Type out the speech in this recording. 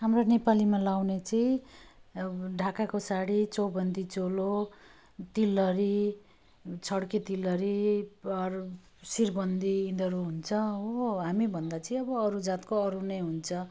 हाम्रो नेपालीमा लगाउने चाहिँ अब ढाकाको साडी चौबन्दी चोलो तिलहरी छड्के तिलहरी अरू शिरबन्दी यिनीहरू हुन्छ हो हामी भन्दा चाहिँ अब अरू जातको अरू नै हुन्छ